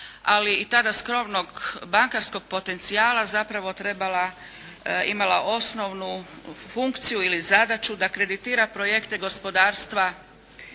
ali i tada skromnog bankarskog potencijala zapravo trebala, imala osnovnu funkciju ili zadaću da kreditira projekte gospodarstva